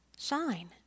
shine